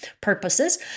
purposes